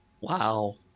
Wow